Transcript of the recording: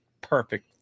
perfect